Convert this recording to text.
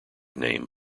name